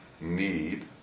need